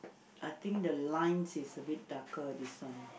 I think the lines is a bit darker this one